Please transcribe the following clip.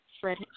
Fred